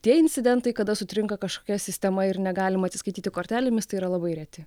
tie incidentai kada sutrinka kažkokia sistema ir negalima atsiskaityti kortelėmis tai yra labai reti